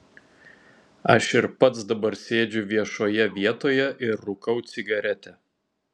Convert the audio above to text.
aš ir pats dabar sėdžiu viešoje vietoje ir rūkau cigaretę